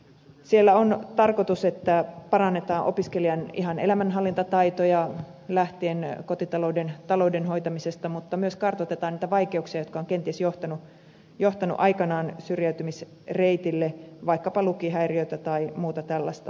siellä on tarkoitus että parannetaan opiskelijan elämänhallintataitoja lähtien kotitalouden ja talouden hoitamisesta mutta myös kartoitetaan niitä vaikeuksia jotka ovat kenties johtaneet aikanaan syrjäytymisreitille vaikkapa lukihäiriöitä tai muuta tällaista